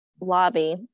lobby